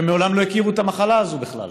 שמעולם לא הכירו את המחלה הזו בכלל,